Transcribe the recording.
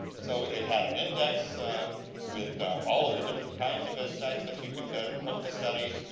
so it had an index with all of the different kinds of insects that you could hope to study,